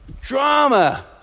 drama